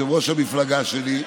יושב-ראש המפלגה שלי,